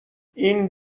این